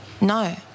No